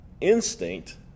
instinct